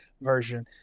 version